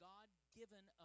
God-given